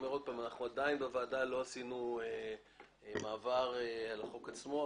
אנחנו עוד לא עברנו על החוק עצמו.